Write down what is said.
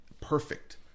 perfect